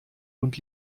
und